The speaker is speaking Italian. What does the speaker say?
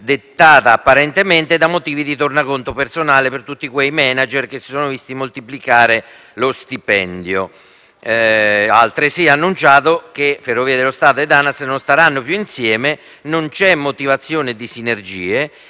dettata apparentemente da motivi "di tornaconto personale per tutti quei manager che si sono visti moltiplicare lo stipendio"; egli aveva, altresì, preannunciato che "Fs ed Anas non staranno più insieme, non c'è motivazione di sinergie"